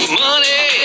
money